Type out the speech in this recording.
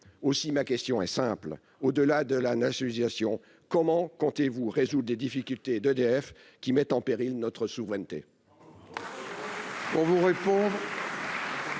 Aussi, ma question est simple. Au-delà de la nationalisation, monsieur le ministre, comment comptez-vous résoudre les difficultés d'EDF, qui mettent en péril notre souveraineté ?